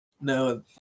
No